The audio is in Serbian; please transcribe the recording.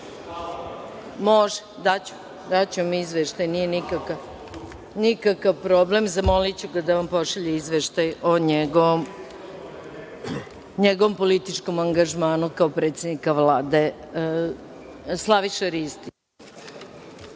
Han. Daću vam izveštaj, nije nikakav problem, zamoliću ga da vam pošalje izveštaj o njegovom političkom angažmanu kao predsednika Vlade. Reč ima Slaviša Ristić.